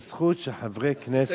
על הזכות של חברי כנסת,